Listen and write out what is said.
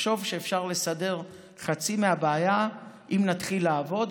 תחשוב שאפשר לסדר חצי מהבעיה אם נתחיל לעבוד,